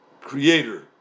creator